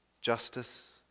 justice